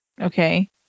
okay